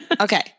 Okay